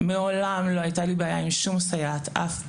מעולם לא הייתה לי בעיה עם שום סייעת אף פעם.